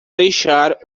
deixar